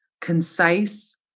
concise